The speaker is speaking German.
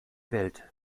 welt